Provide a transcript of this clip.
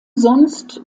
sonst